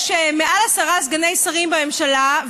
יש מעל עשרה סגני שרים בממשלה,